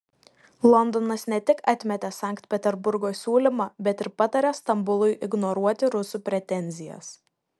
londonas ne tik atmetė sankt peterburgo siūlymą bet ir patarė stambului ignoruoti rusų pretenzijas